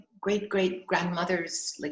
great-great-grandmother's